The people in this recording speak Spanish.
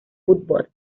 fútbol